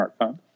smartphone